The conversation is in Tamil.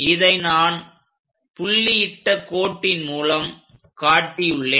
இதை நான் புள்ளியிட்ட கோட்டின் மூலம் காட்டியுள்ளேன்